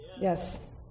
Yes